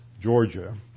Georgia